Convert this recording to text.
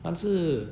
但是